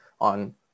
on